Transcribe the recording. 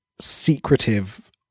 secretive